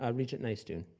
ah regent nystuen?